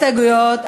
הסתייגויות,